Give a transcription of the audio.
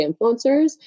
influencers